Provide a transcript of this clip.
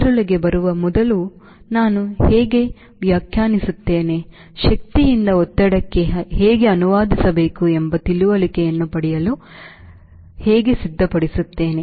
ಅದರೊಳಗೆ ಬರುವ ಮೊದಲು ನಾನು ಹೇಗೆ ವ್ಯಾಖ್ಯಾನಿಸುತ್ತೇನೆ ಶಕ್ತಿಯಿಂದ ಒತ್ತಡಕ್ಕೆ ಹೇಗೆ ಅನುವಾದಿಸಬೇಕು ಎಂಬ ತಿಳುವಳಿಕೆಯನ್ನು ಪಡೆಯಲು ನಾನು ಹೇಗೆ ಸಿದ್ಧಪಡಿಸುತ್ತೇನೆ